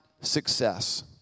success